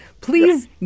Please